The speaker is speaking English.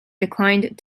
declined